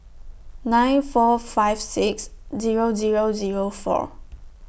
nine four five six Zero Zero Zero four